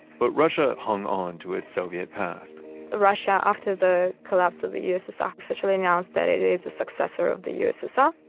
but russia hung onto its soviet past russia, after the collapse of the ussr, officially announced that it is the successor of the ussr.